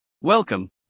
Welcome